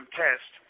test